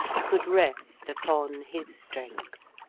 could rest upon his strength.